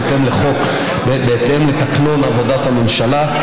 בהתאם לתקנון עבודת הממשלה,